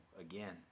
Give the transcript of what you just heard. again